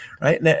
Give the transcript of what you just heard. right